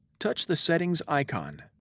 touch the settings icon.